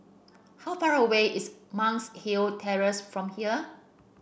how far away is Monk's Hill Terrace from here